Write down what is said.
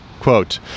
quote